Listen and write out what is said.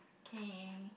okay